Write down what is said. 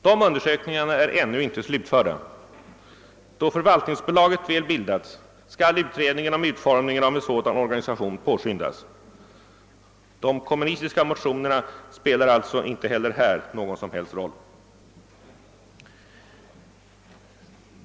Dessa undersökningar är ännu inte slutförda. Då förvaltningsbolaget väl bildats skall utredningen om utformningen av en sådan organisation påskyndas. De kommunistiska motionerna spelar alltså inte heller här någon som helst roll.